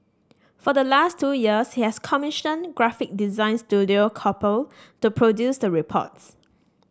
for the last two years he has commissioned graphic design Studio Couple to produce the reports